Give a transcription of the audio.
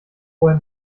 vorher